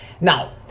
Now